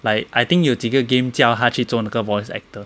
like I think 有几个 game 叫他去做那个 voice actor